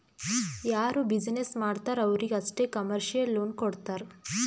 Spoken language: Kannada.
ಯಾರು ಬಿಸಿನ್ನೆಸ್ ಮಾಡ್ತಾರ್ ಅವ್ರಿಗ ಅಷ್ಟೇ ಕಮರ್ಶಿಯಲ್ ಲೋನ್ ಕೊಡ್ತಾರ್